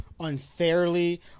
unfairly